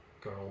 Girl